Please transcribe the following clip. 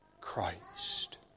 Christ